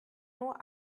nur